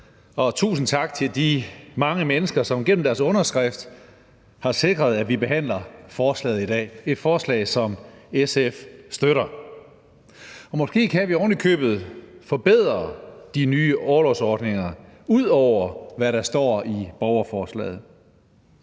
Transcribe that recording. tusind tak til de mange mennesker, som gennem deres underskrift har sikret, at vi behandler forslaget i dag – et forslag, som SF støtter. Måske kan vi ovenikøbet forbedre de nye orlovsordninger ud over, hvad der står i borgerforslaget.